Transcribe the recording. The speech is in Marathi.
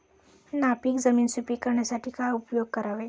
नापीक जमीन सुपीक करण्यासाठी काय उपयोग करावे?